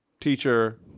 teacher